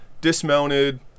dismounted